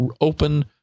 open